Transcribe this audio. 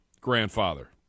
grandfather